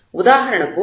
ఉదాహరణకు మనం h 0